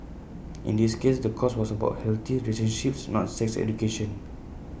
in this case the course was about healthy relationships not sex education